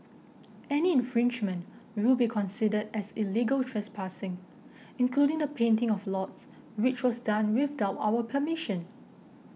any infringement will be considered as illegal trespassing including the painting of lots which was done without our permission